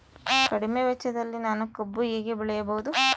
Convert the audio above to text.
ಕಡಿಮೆ ವೆಚ್ಚದಲ್ಲಿ ನಾನು ಕಬ್ಬು ಹೇಗೆ ಬೆಳೆಯಬಹುದು?